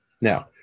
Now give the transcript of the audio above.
Now